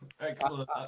excellent